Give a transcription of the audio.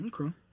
Okay